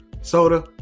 Soda